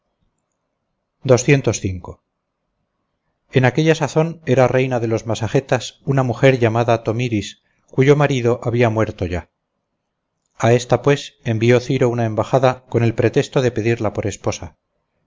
en aquella sazón era reina de los masagetas una mujer llamada tomiris cuyo marido había muerto ya a esta pues envió ciro una embajada con el pretexto de pedirla por esposa